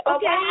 Okay